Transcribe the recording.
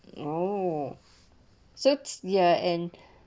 oh so it's ya and